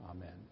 Amen